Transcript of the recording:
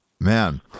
Man